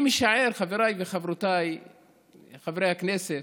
אני משער, חבריי וחברותיי חברי הכנסת,